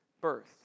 birth